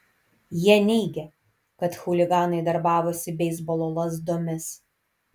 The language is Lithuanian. jie neigė kad chuliganai darbavosi beisbolo lazdomis